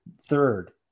Third